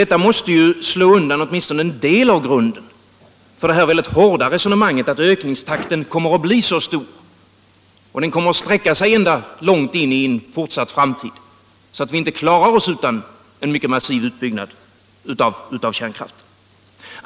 Detta måste väl slå undan åtminstone en del av grunden för det här mycket hårda resonemanget att ökningstakten kommer att bli så stor och sträcka sig så långt in i framtiden, att vi inte klarar oss utan en mycket massiv utbyggnad av kärnkraften.